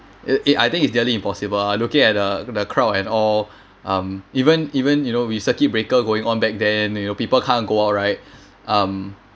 it it I think it's nearly impossible I looking at the the crowd and all um even even you know with circuit breaker going on back then you know people can't go out right um